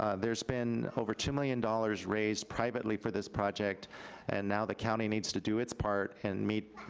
ah there's been over two million dollars raised privately for this project and now the county needs to do its part and meet,